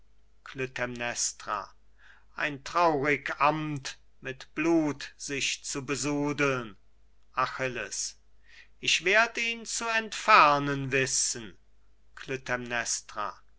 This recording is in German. ein traurig amt mit blut sich zu besudeln achilles ich werd ihn zu entfernen wissen